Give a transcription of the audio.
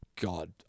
god